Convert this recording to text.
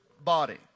body